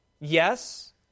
Yes